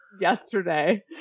yesterday